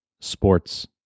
sports